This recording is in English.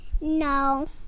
No